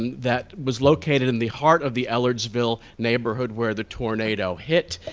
that was located in the heart of the ellard seville neighborhood where the tornado hit.